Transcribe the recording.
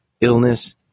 illness